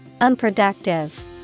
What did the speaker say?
Unproductive